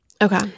Okay